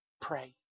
pray